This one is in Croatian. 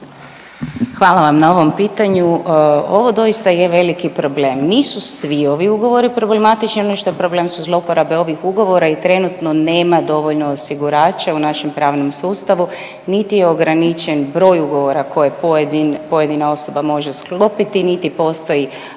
Hvala vam na ovom pitanju. Ovo doista je veliki problem. Nisu svi ovi ugovori problematični. Ono što je problem su zlouporabe ovih ugovora i trenutno nema dovoljno osigurača u našem pravnom sustavu, niti je ograničen broj ugovora koje pojedini, pojedina osoba može sklopiti, niti postoji